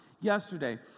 yesterday